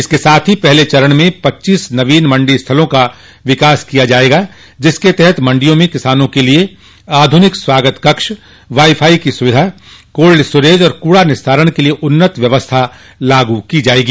इसके साथ ही पहले चरण में पच्चीस नवीन मंडी स्थलों का विकास किया जायेगा जिसके तहत मंडियों में किसानों के लिए आधुनिक स्वागत कक्ष वाई फाई की सुविधा कोल्ड स्टोरेज और कूड़ा निस्तारण के लिए उन्नत व्यवस्था लागू की जायेगी